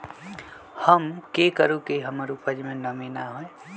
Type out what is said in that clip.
हम की करू की हमर उपज में नमी न होए?